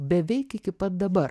beveik iki pat dabar